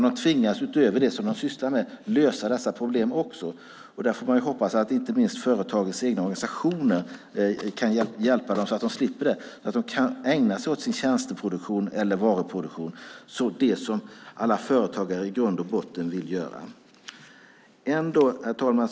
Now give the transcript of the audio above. De tvingas, utöver det som de sysslar med, att också lösa dessa problem. Man får ju hoppas att inte minst företagens egna organisationer kan hjälpa dem, så att de slipper det här, så att de kan ägna sig åt sin tjänsteproduktion eller varuproduktion, det som alla företagare i grund och botten vill göra. Herr talman!